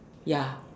ya